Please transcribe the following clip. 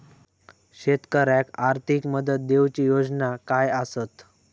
शेतकऱ्याक आर्थिक मदत देऊची योजना काय आसत?